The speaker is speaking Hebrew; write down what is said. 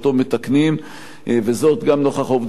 וזאת גם נוכח העובדה שכך בדרך כלל נוהגים,